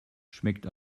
schmeckt